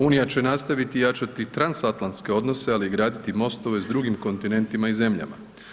Unija će nastaviti jačati i transatlantske odnose, ali i graditi mostove s drugim kontinentima i zemljama.